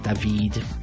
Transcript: David